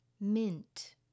mint